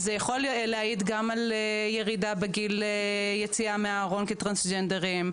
אז זה יכול להעיד גם על הירידה בגיל יציאה מהארון כטרנסג'נדרים,